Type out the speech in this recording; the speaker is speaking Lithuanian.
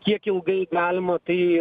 kiek ilgai galima tai